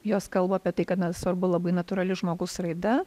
jos kalba apie tai kad na svarbu labai natūrali žmogaus raida